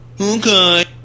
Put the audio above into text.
Okay